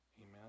Amen